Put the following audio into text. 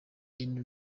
any